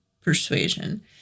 persuasion